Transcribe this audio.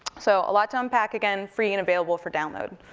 so a lot to unpack, again, free and available for download.